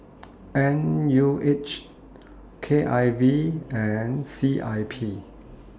N U H K I V and C I P